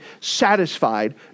satisfied